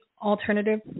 alternative